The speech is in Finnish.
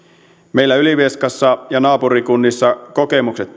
meillä ylivieskassa ja naapurikunnissa kokemuksena